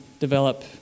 develop